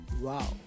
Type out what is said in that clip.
Wow